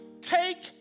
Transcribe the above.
take